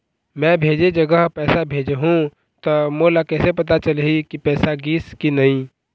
मैं भेजे जगह पैसा भेजहूं त मोला कैसे पता चलही की पैसा गिस कि नहीं?